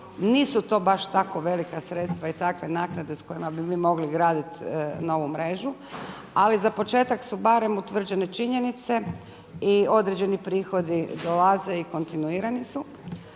Nisu to baš tako velika sredstva i takve naknade sa kojima bi vi mogli graditi novu mrežu. Ali za početak su barem utvrđene činjenice i određeni prihodi dolaze i kontinuirani su.